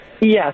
Yes